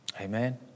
Amen